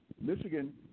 Michigan